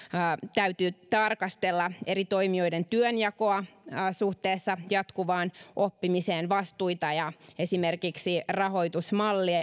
täytyy tarkastella eri toimijoiden työnjakoa suhteessa jatkuvaan oppimiseen vastuita ja esimerkiksi rahoitusmalleja